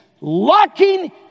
locking